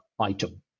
item